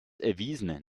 erwiesen